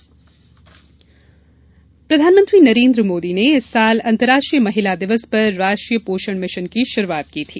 राष्ट्रीय पोषण मिशन प्रधानमंत्री नरेन्द्र मोदी ने इस साल अंतर्राष्ट्रीय महिला दिवस पर राष्ट्रीय पोषण मिशन की शुरुआत की थी